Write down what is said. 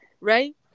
right